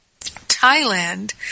Thailand